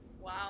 Wow